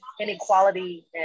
inequality